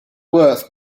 worth